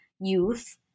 youth